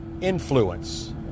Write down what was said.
influence